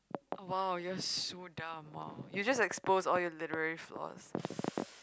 !wow! you're so dumb !wow! you just expose all your literary flaws